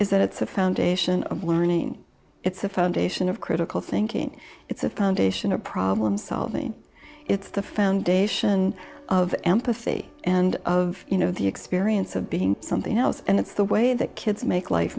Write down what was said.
is that it's the foundation of learning it's the foundation of critical thinking it's a foundation of problem solving it's the foundation of empathy and of you know the experience of being something else and it's the way that kids make life